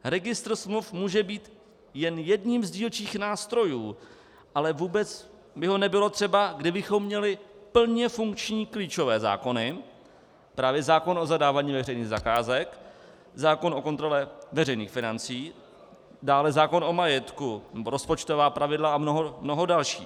Registr smluv může být jen jedním z dílčích nástrojů, ale vůbec by ho nebylo třeba, kdybychom měli plně funkční klíčové zákony, právě zákon o zadávání veřejných zakázek, zákon o kontrole veřejných financí, dále zákon o majetku, rozpočtová pravidla a mnoho dalších.